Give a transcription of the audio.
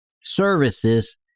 services